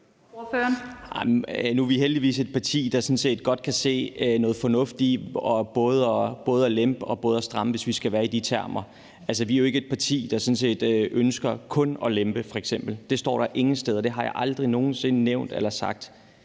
Nu er vi heldigvis et parti, der sådan set godt kan se noget fornuft i både at lempe og at stramme, hvis vi skal blive i de termer. Vi er jo ikke et parti, der sådan set ønsker kun at lempe f.eks. Det står der ingen steder. Der har jeg aldrig nogen sinde nævnt eller sagt.